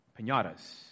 pinatas